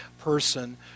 person